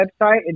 website